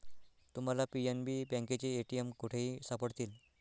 तुम्हाला पी.एन.बी बँकेचे ए.टी.एम कुठेही सापडतील